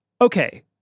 Okay